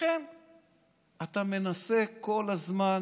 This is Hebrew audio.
לכן אתה מנסה כל הזמן